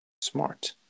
Smart